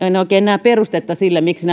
en oikein näe perustetta sille miksi